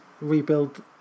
rebuild